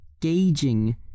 gauging